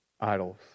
Idols